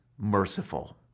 merciful